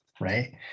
right